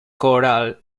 coral